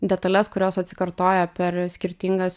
detales kurios atsikartoja per skirtingas